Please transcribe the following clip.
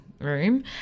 room